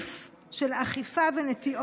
להתייחס לדברים שקורים כאן אצלנו בתוך המדינה וגם בתוך